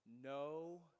No